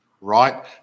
Right